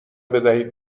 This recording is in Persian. بدهید